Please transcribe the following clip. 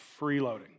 freeloading